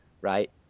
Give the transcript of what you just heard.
right